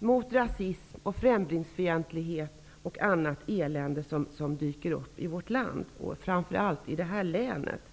för rasism och främlingsfientlighet och annat elände som dyker upp i vårt land -- och framför allt i det här länet.